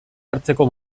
hartzeko